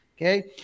Okay